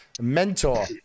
mentor